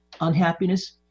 unhappiness